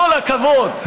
כל הכבוד.